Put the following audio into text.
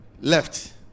left